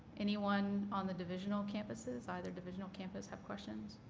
anyone on the divisional campuses? either divisional campus have questions?